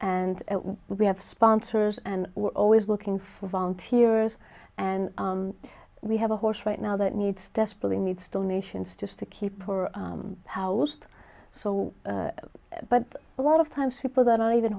and we have sponsors and we're always looking for volunteers and we have a horse right now that needs desperately needs donations just to keep her housed so but a lot of times people that are even